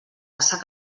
caçar